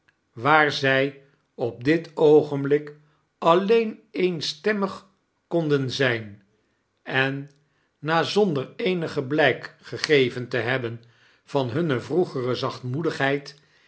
waar zij op dit oogenblik alleen eenstemmig konden zijn en na zonder eenig blijk gegeven te hebben van hunne vroegere zachtrhoedigheid